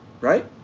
Right